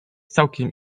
całkiem